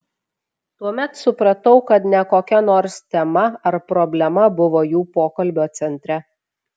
tuomet supratau kad ne kokia nors tema ar problema buvo jų pokalbio centre